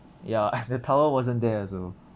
ya and the towel wasn't there also